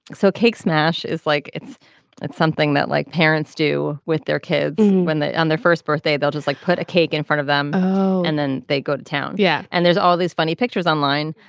so cakes mash is like it's it's something that like parents do with their kids when um their first birthday. they'll just like put a cake in front of them and then they go to town. yeah and there's all these funny pictures online.